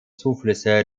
zuflüsse